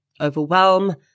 overwhelm